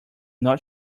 not